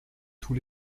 tous